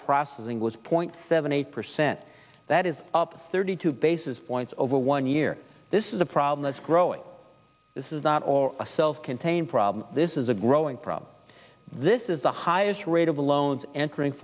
processing was point seven eight percent that is up thirty two basis points over one year this is a problem that's growing this is not or a self contained problem this is a growing problem this is the highest rate of loans entering